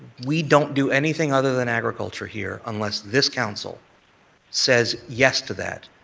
we don't do anything other than agriculture here unless this council says yes to that,